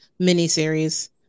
miniseries